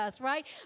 right